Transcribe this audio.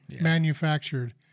manufactured